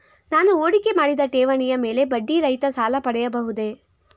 ನಾನು ಹೂಡಿಕೆ ಮಾಡಿದ ಠೇವಣಿಯ ಮೇಲೆ ಬಡ್ಡಿ ರಹಿತ ಸಾಲ ಪಡೆಯಬಹುದೇ?